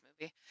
movie